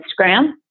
Instagram